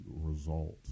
result